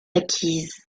acquises